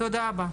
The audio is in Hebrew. תודה רבה.